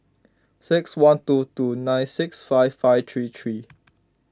six one two two nine six five five three three